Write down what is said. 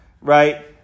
right